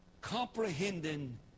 comprehending